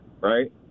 right